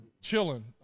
chilling